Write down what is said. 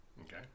Okay